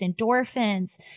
endorphins